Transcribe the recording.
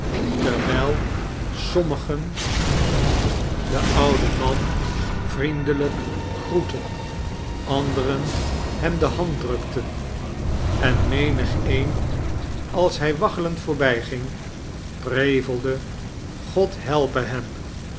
terwijl sommigen den ouden man vriendelijk groetten anderen hem de hand drukten en menigeen als hij waggelend voorbijging prevelde god helpe hem